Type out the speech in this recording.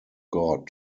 god